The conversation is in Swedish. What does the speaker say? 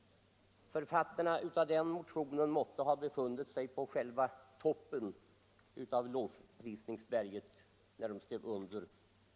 Författarna till den motionen måtte ha befunnit sig på själva toppen av lovprisningsberget när de skrev den.